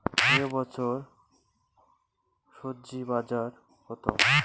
এ বছর স্বজি বাজার কত?